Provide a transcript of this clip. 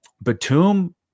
Batum